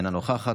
אינה נוכחת,